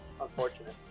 Unfortunate